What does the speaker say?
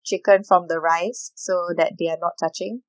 chicken from the rice so that they are not touching